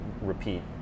repeat